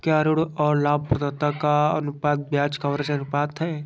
क्या ऋण और लाभप्रदाता का अनुपात ब्याज कवरेज अनुपात है?